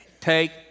take